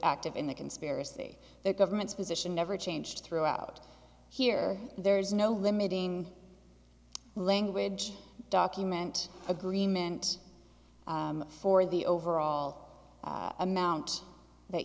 active in the conspiracy the government's position never changed throughout here there's no limiting language document agreement for the overall amount that